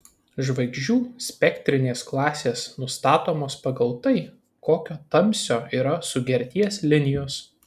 žvaigždžių spektrinės klasės nustatomos pagal tai kokio tamsio yra sugerties linijos